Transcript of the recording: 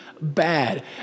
bad